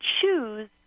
choose